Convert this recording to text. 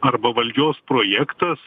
arba valdžios projektas